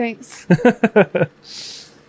Thanks